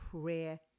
prayer